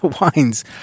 wines